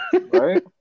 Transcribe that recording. Right